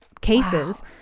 cases